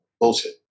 bullshit